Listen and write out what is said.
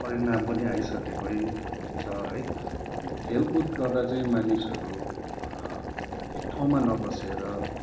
परिणाम पनि आइसकेकै छ है खेलकुद गर्दा चाहिँ मानिसहरू एक ठाउँमा नबसेर